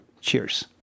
Cheers